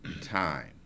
time